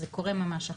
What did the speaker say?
אז זה קורה ממש עכשיו.